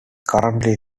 currently